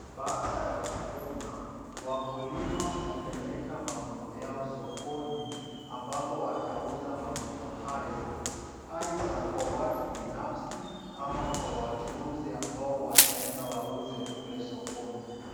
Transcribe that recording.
Baada ya kuvuna, wakulima hupeleka mavuno yao sokoni ambapo watauza mavuno hayo aidha kwa watu binafsi ama kwa wachuuzi ambao wataenda wauze kule sokoni.